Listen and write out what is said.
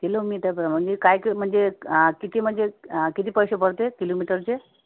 किलोमीटरप्रमाणे काय कि म्हणजे किती म्हणजे किती पैसे पडते किलोमीटरचे